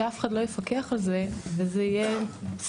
שאף אחד לא יפקח על זה וזה יהיה סתם,